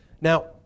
Now